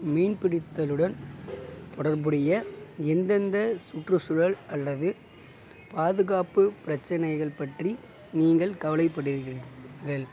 மீன் பிடித்தலுடன் தொடர்புடைய எந்தெந்த சுற்றுசூழல் அல்லது பாதுகாப்பு பிரச்சனைகள் பற்றி நீங்கள் கவலைப்படுகிறீர்கள்